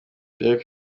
derek